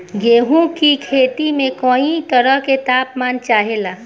गेहू की खेती में कयी तरह के ताप मान चाहे ला